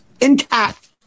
intact